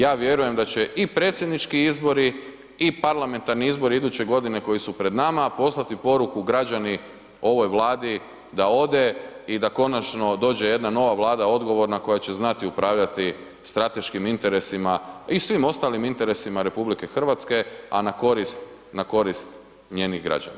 Ja vjerujem da će i predsjednički izbori i parlamentarni izbori iduće godine koji su pred nama poslati poruku građani ovoj Vladi da ode i da konačno dođe jedna nova Vlada, odgovorna koja će znati upravljati strateškim interesima i svim ostalim interesima RH, a na korist njenih građana.